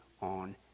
on